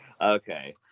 Okay